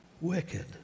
Wicked